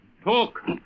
Talk